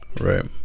Right